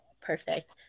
perfect